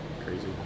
crazy